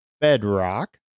Bedrock